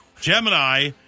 Gemini